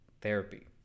therapy